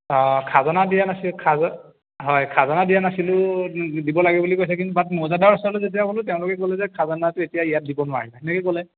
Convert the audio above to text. অঁ খাজনা দিয়া নাছি খাজা হয় খাজনা দিয়া নাছিলোঁ দিব লাগে বুলি কৈছে কিন বাট মৌজাদাৰ ওচৰলৈ যেতিয়া গ'লোঁ তেওঁলোকে ক'লে যে খাজনাটো এতিয়া ইয়াত দিব নোৱাৰিম সেনেকৈ ক'লে